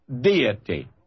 deity